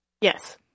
Yes